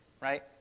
right